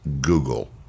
google